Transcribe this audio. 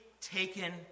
taken